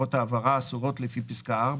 בעקבות ההעברה אסורות לפי פסקה (4),